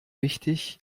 wichtig